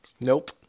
Nope